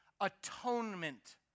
atonement